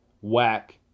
whack